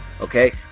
okay